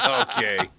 Okay